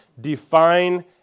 define